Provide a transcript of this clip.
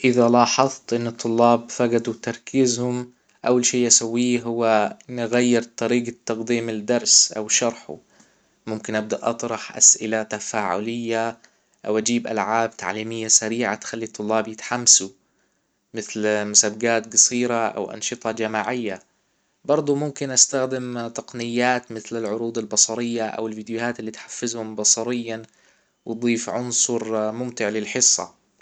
اذا لاحظت ان الطلاب فجدوا تركيزهم اول شي اسويه هو نغير طريقة تقديم الدرس او شرحه ممكن ابدأ اطرح اسئلة تفاعلية او اجيب ألعاب تعليمية سريعة تخلي الطلاب يتحمسوا مثل مسابجات جصيرة او انشطة جماعية برضو ممكن استخدم تقنيات مثل العروض البصرية او الفيديوهات اللي تحفزهم بصريا واضيف عنصر ممتع للحصة